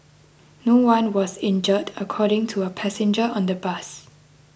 no one was injured according to a passenger on the bus